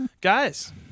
Guys